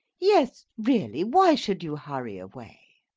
yes, really, why should you hurry away?